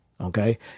Okay